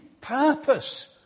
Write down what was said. purpose